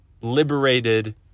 liberated